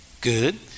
Good